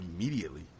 immediately